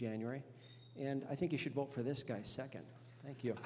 january and i think you should vote for this guy second thank you